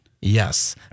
Yes